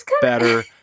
better